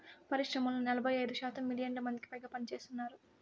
పరిశ్రమల్లో నలభై ఐదు శాతం మిలియన్ల మందికిపైగా పనిచేస్తున్నారు